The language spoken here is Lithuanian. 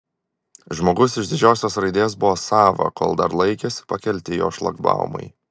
žmogus iš didžiosios raidės buvo sava kol dar laikėsi pakelti jo šlagbaumai